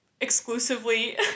exclusively